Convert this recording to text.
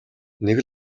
нэг